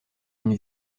une